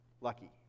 lucky